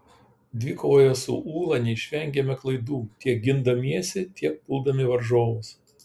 dvikovoje su ūla neišvengėme klaidų tiek gindamiesi tiek puldami varžovus